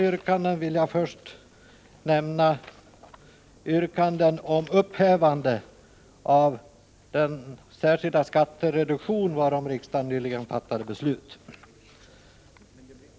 Jag vill först nämna yrkanden om upphävande av den särskilda skattereduktion varom riksdagen nyligen fattade beslut.